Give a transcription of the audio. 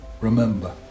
remember